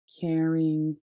caring